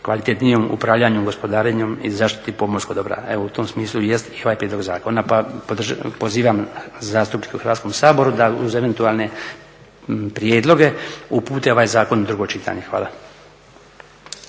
kvalitetnijem upravljanju, gospodarenjem i zaštiti pomorskog dobra. Evo u tom smislu i jest i ovaj prijedlog zakona pa pozivam zastupnike u Hrvatskom saboru da uz eventualne prijedloge upute ovaj zakon u drugo čitanje. Hvala.